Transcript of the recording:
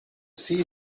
sea